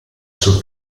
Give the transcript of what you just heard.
sul